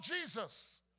Jesus